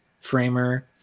framer